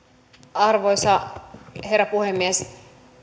arvoisa herra puhemies